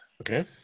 Okay